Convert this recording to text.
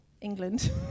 England